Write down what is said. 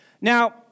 Now